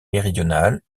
méridionale